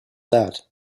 that